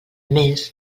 més